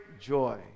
joy